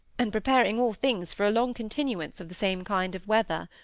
and preparing all things for a long continuance of the same kind of weather.